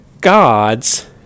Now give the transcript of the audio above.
gods